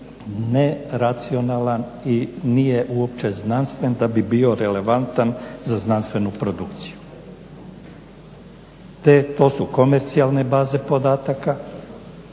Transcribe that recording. neracionalan i nije uopće znanstven da bi bio relevantan za znanstvenu produkciju. To su komercijalne baze podataka,